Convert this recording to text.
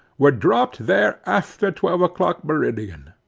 were dropped there after twelve o'clock, meridian.